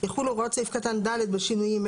יחולו הוראות סעיף קטן (ד) בשינויים אלה: